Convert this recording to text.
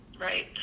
right